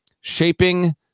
shaping